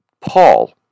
Paul